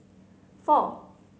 four